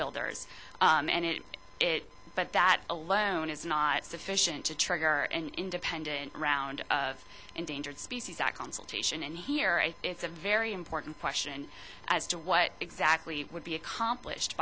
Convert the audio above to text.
builders and it it but that alone is not sufficient to trigger an independent round of endangered species act consultation and here i think it's a very important question as to what exactly would be accomplished